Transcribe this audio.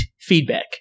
Feedback